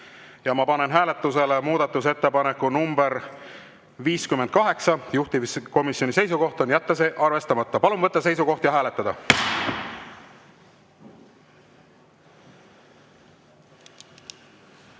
Ma panen hääletusele muudatusettepaneku nr 58. Juhtivkomisjoni seisukoht on jätta see arvestamata. Palun võtta seisukoht ja hääletada!